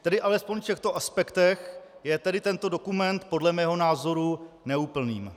Tedy alespoň v těchto aspektech je tento dokument podle mého názoru neúplný.